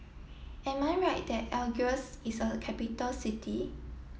am I right that Algiers is a capital city